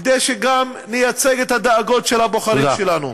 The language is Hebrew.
כדי שגם נייצג את הדאגות של הבוחרים שלנו.